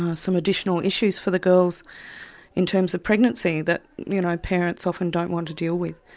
ah some additional issues for the girls in terms of pregnancy, that you know parents often don't want to deal with.